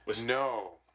No